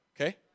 okay